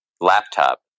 laptop